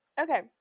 Okay